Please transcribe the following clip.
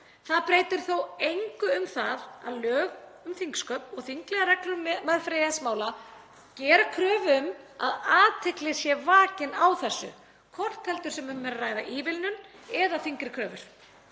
Það breytir þó engu um það að lög um þingsköp og þinglegar reglur um meðferð EES-mála gera kröfu um að athygli sé vakin á þessu, hvort heldur sem um er að ræða ívilnun eða þyngri kröfur.